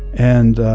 and